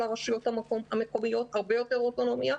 הרבה יותר אוטונומיה,